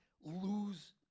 lose